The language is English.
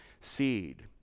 seed